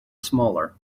smaller